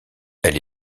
elle